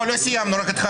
לא, לא סיימנו, רק התחלנו.